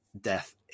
death